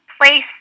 place